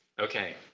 Okay